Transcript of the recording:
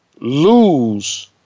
lose